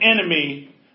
enemy